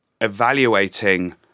evaluating